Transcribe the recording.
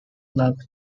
love